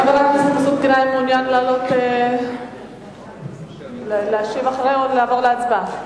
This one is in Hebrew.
חבר הכנסת מסעוד גנאים מעוניין לעלות ולהשיב או לעבור להצבעה?